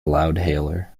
loudhailer